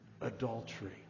adultery